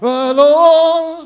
alone